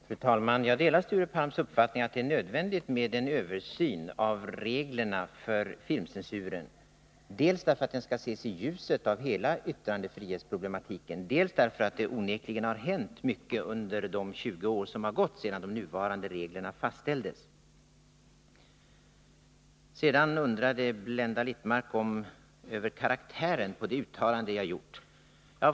Fru talman! Jag delar Sture Palms uppfattning att det är nödvändigt med en översyn av reglerna för filmcensuren dels därför att den skall ses i ljuset av hela yttrandefrihetsproblematiken, dels därför att det onekligen har hänt mycket under de 20 år som har gått sedan de nuvarande reglerna fastställdes. Sedan undrade Blenda Littmarck över karaktären på det uttalande jag Nr 27 gjort.